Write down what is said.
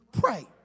pray